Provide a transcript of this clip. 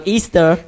Easter